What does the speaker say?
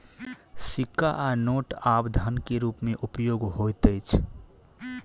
सिक्का आ नोट आब धन के रूप में उपयोग होइत अछि